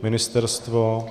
Ministerstvo?